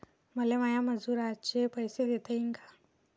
मले माया मजुराचे पैसे देता येईन का?